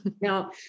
Now